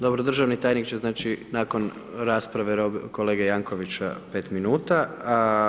Dobro državni tajnik će znači nakon rasprave kolege Jankovicsa 5 minuta.